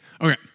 Okay